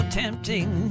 tempting